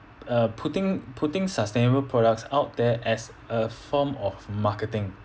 uh putting putting sustainable products out there as a form of marketing